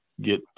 get